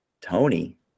Tony